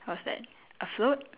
what's that a float